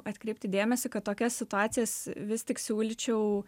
atkreipti dėmesį kad tokias situacijas vis tik siūlyčiau